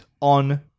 on